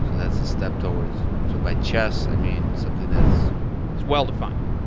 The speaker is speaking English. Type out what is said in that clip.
so that's a step towards so by chess, i mean something that's well-defined.